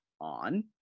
on